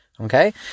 Okay